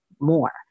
more